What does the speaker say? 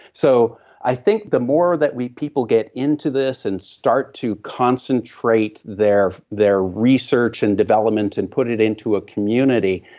so i think the more that we people get into this and start to concentrate their their research and development and put it into a community,